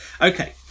okay